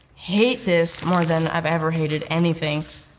hate this, more than i've ever hated anything.